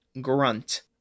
grunt